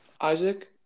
Isaac